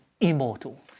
immortal